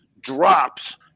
drops